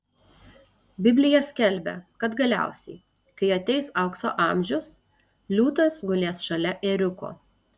biblija skelbia kad galiausiai kai ateis aukso amžius liūtas gulės šalia ėriuko